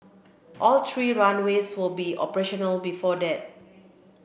all three runways will be operational before that